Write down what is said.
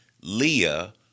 Leah